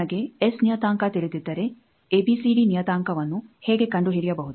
ನಿಮಗೆ ಎಸ್ ನಿಯತಾಂಕ ತಿಳಿದಿದ್ದರೆ ಎಬಿಸಿಡಿ ನಿಯತಾಂಕವನ್ನು ಹೇಗೆ ಕಂಡುಹಿಡಿಯಬಹುದು